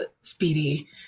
Speedy